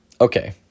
Okay